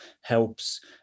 helps